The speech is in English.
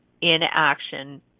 Inaction